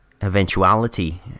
eventuality